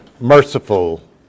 merciful